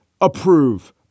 approve